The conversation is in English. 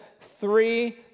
three